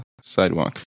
sidewalk